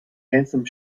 handsome